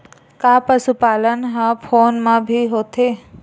का पशुपालन ह फोन म भी होथे?